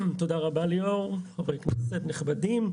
רבה, ליאור, חברי כנסת נכבדים.